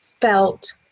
felt